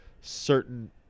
certain